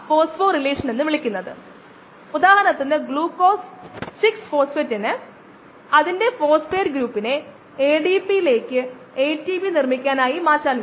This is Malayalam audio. ഒരു സെല്ലിന് DNAയുടെ ശതമാനം വളരെയധികം വ്യത്യാസപ്പെടുന്നില്ലെന്ന് നമ്മൾ കരുതുന്നുവെങ്കിൽ ഇത് കോശങ്ങളുടെ യുടെ നേരിട്ടുള്ള അളവുകോലായി മാറുന്നു